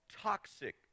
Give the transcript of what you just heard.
toxic